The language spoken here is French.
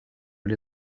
les